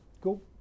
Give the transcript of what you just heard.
Cool